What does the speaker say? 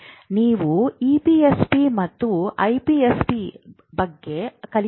ನೀವು ಇಪಿಎಸ್ಪಿ ಮತ್ತು ಐಪಿಎಸ್ಪಿ ಬಗ್ಗೆ ಕಲಿಯುವಿರಿ